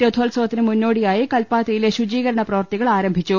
രഥോത്സവ ത്തിന് മുന്നോടിയായി കല്പാ്തിയിലെ ശുചീകരണ പ്രവൃത്തികൾ ആരംഭിച്ചു